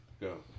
Go